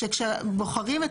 כשבוחרים,